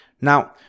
Now